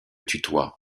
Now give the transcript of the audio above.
tutoie